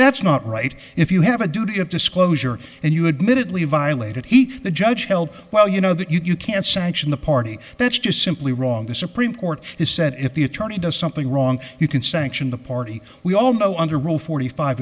that's not right if you have a duty of disclosure and you admit it lee violated he the judge held well you know that you can't sanction the party that's just simply wrong the supreme court has said if the attorney does something wrong you can sanction the party we all know under rule forty five